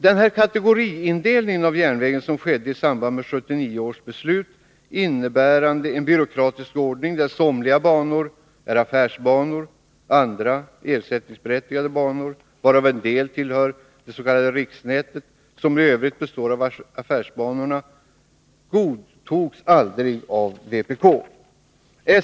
Den kategoriindelning av järnvägen som skedde i samband med 1979 års beslut — innebärande en byråkratisk ordning där somliga banor är affärsbanor, andra ersättningsberättigade banor, varav en del tillhör det s.k. riksnätet, som i övrigt består av affärsbanorna — godtogs aldrig av vpk.